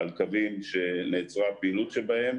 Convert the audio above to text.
על קווים שנעצרה הפעילות שבהם